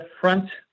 front